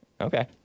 Okay